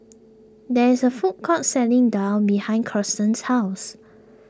there is a food court selling Daal behind Kirsten's house